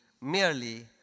merely